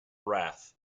wrath